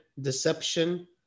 deception